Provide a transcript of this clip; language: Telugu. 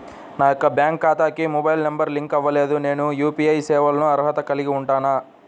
నా యొక్క బ్యాంక్ ఖాతాకి మొబైల్ నంబర్ లింక్ అవ్వలేదు నేను యూ.పీ.ఐ సేవలకు అర్హత కలిగి ఉంటానా?